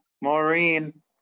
Maureen